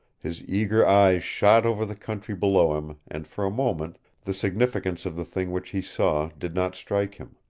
his eager eyes shot over the country below him and for a moment the significance of the thing which he saw did not strike him.